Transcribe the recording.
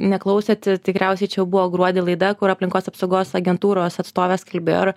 neklausėt tikriausiai čia jau buvo gruodį laida kur aplinkos apsaugos agentūros atstovės kalbėjo ir